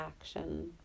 action